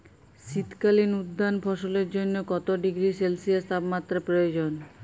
শীত কালীন উদ্যান ফসলের জন্য কত ডিগ্রী সেলসিয়াস তাপমাত্রা প্রয়োজন?